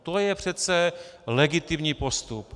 To je přece legitimní postup.